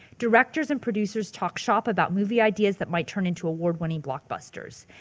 directors and producers talk shop about movie ideas that might turn into award winning blockbusters.